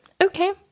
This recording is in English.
Okay